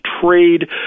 trade